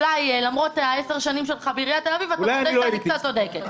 אולי למרות העשר שנים שלך בעיריית תל אביב אתה חושב שאני קצת צודקת.